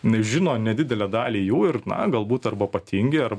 nes žino nedidelę dalį jų ir na galbūt arba patingi ar